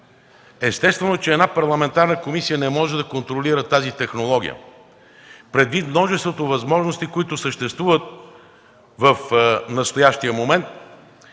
Естествено е, че една парламентарна комисия не може да контролира тези технология, предвид множеството възможности, които съществуват в настоящия момент